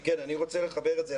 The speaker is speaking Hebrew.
אני רוצה לחבר את זה,